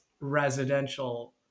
residential